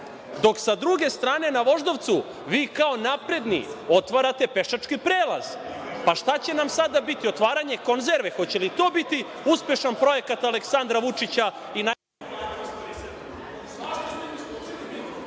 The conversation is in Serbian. dok sa druge strane na Voždovcu, vi kao napredni, otvarate pešački prelaz. Pa šta će nam sada biti, otvaranje konzerve? Hoće li to biti uspešan projekat Aleksandra Vučića i…(isključen